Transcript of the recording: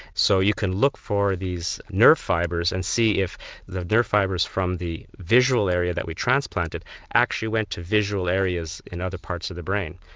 so you can look for these nerve fibres and see if the nerve fibres from the visual area that we transplanted actually went to visual areas in other parts of the brain,